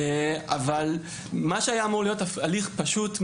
אבל מה שהיה אמור להיות הליך פשוט,